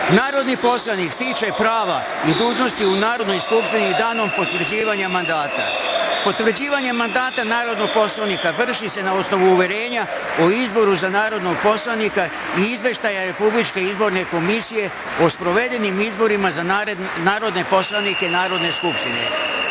poslanik stiče prava i dužnosti u Narodnoj skupštini danom potvrđivanja mandata. Potvrđivanje mandata narodnog poslanika vrši se na osnovu uverenja o izboru za narodnog poslanika i izveštaja Republičke izborne komisije o sprovedenim izborima za narodne poslanike Narodne skupštine. Narodna